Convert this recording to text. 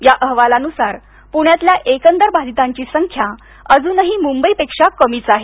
या अहवालानुसार पुण्यातल्या एकंदर बाधितांची संख्या अजूनही मुंबई पेक्षा कमीच आहे